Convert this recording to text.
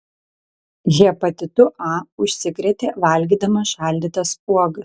hepatitu a užsikrėtė valgydama šaldytas uogas